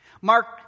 Mark